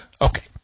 Okay